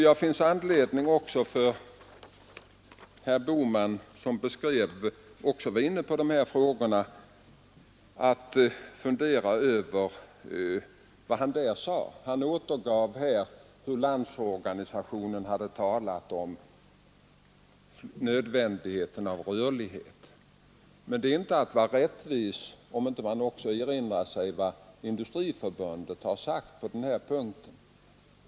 Jag tror att herr Bohman, som också var inne på dessa frågor, har anledning att fundera över vad han sade. Han återgav hur Landsorganisationen hade talat om nödvändigheten av rörlighet. Men man är inte rättvis om man inte också erinrar sig vad Industriförbundet har sagt på den här punkten.